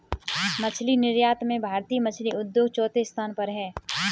मछली निर्यात में भारतीय मछली उद्योग चौथे स्थान पर है